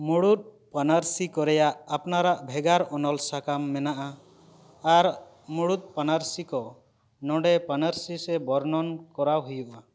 ᱢᱩᱲᱩᱫ ᱯᱟᱱᱟᱨᱥᱤ ᱠᱚᱨᱮᱭᱟᱜ ᱟᱯᱱᱟᱨᱟᱜ ᱵᱷᱮᱨᱜᱟᱨ ᱚᱱᱚᱞ ᱥᱟᱠᱟᱢ ᱢᱮᱱᱟᱜᱼᱟ ᱟᱨ ᱢᱩᱲᱩᱫ ᱯᱟᱱᱟᱨᱥᱤ ᱠᱚ ᱱᱚᱰᱮ ᱯᱟᱱᱟᱨᱥᱤ ᱥᱮ ᱵᱚᱨᱱᱚᱱ ᱠᱚᱨᱟᱣ ᱦᱩᱭᱩᱜᱼᱟ